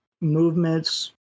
movements